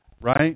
Right